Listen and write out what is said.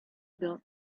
built